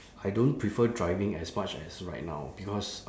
I don't prefer driving as much as right now because